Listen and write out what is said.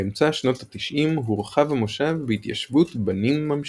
באמצע שנות ה-90 הורחב המושב בהתיישבות בנים ממשיכים.